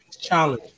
challenge